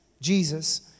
Jesus